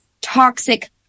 toxic